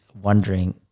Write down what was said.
wondering